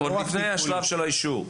עוד לפני השלב של האישור?